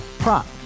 Prop